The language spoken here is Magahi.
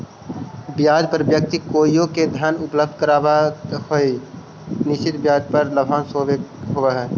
ब्याज पर व्यक्ति कोइओ के धन उपलब्ध करावऽ हई त निश्चित ब्याज दर पर लाभांश होवऽ हई